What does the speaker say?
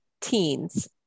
teens